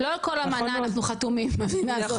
לא על כל אמנה אנחנו חתומים במדינה הזאת,